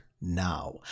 now